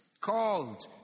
Called